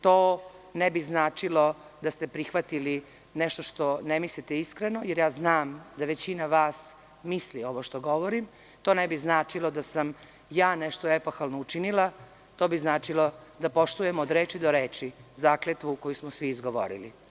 To ne bi značilo da ste prihvatili nešto što ne mislite iskreno, jer ja znam da većina vas misli ovo što govorim, to ne bi značilo da sam ja nešto epohalno učinila, to bi značilo da poštujemo od reči do reči zakletvu koju smo svi izgovorili.